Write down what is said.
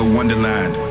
Wonderland